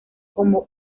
como